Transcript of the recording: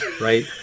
right